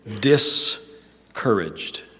discouraged